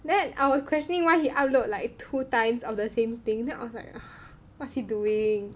then I was questioning why he upload like two times of the same thing then I was like what's he doing